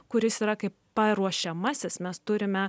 kuris yra kaip paruošiamasis mes turime